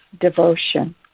devotion